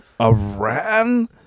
Iran